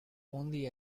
only